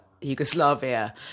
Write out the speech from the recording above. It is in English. Yugoslavia